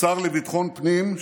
השר לביטחון פנים,